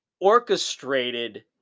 orchestrated